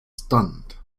stunned